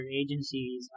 agencies